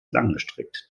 langgestreckt